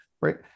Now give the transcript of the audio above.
right